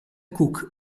cook